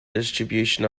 distribution